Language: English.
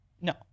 No